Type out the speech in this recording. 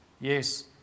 Yes